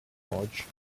large